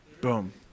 boom